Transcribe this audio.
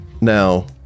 Now